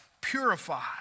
purified